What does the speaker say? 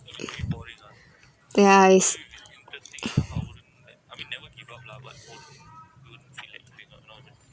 yeah I s~